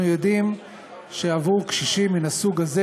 אנחנו יודעים שעבור קשישים מן הסוג הזה